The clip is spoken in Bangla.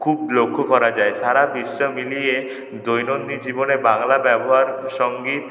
খুব লক্ষ্য করা যায় সারা বিশ্ব মিলিয়ে দৈনন্দিন জীবনে বাংলা ব্যবহার সঙ্গীত